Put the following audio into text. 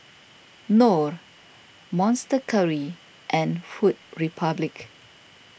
Knorr Monster Curry and Food Republic